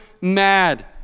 mad